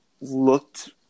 looked